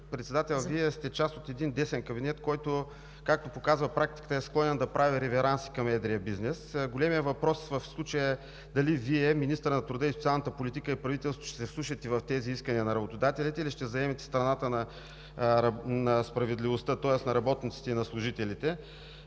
министър-председател, Вие сте част от един десен кабинет, който, както показва практиката, е склонен да прави реверанси към едрия бизнес. Големият въпрос в случая е дали Вие, министърът на труда и социалната политика и правителството ще се вслушате в тези искания на работодателите, или ще заемете страната на справедливостта, тоест на работниците и на служителите?